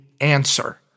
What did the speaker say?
answer